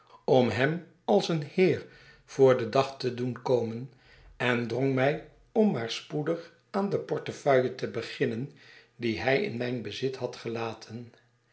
om hem als een heer voor den dag te doen komen en drong mij om maar spoedig aan de portefeuille te beginnen die hij in mijn bezit had gelaten